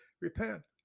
Repent